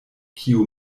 kiu